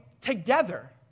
together